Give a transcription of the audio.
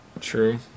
True